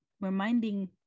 reminding